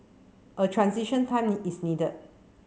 a transition time is needed